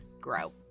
grow